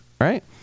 right